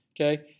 Okay